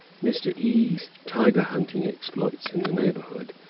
mr. e s tiger-hunting exploits in the neighborhood,